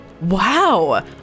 Wow